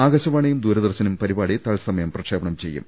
ആകാ ശവാണിയും ദൂരദർശനും പരിപാടി തത്സമയം പ്രക്ഷേപണം ചെയ്യും